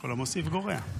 כל המוסיף גורע.